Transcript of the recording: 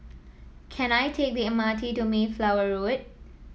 can I take the M R T to Mayflower Road